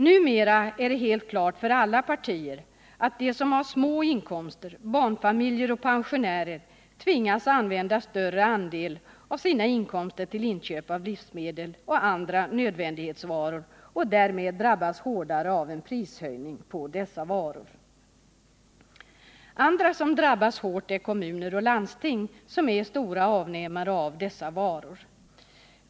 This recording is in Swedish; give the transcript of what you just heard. Numera är det helt klart för alla partier att de som har små inkomster — barnfamiljer och pensionärer — tvingas använda större andel av sina inkomster till inköp av livsmedel och andra nödvändighetsvaror och därmed drabbas hårdare av en prishöjning på dessa varor. Andra som drabbas hårt är kommuner och landsting, som är stora avnämare av dessa varor.